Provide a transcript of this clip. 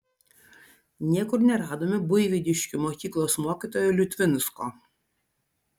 niekur neradome buivydiškių mokyklos mokytojo liutvinsko